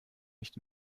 nicht